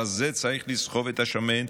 הרזה צריך לסחוב את השמן,